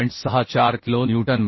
64 kilo newton मिळते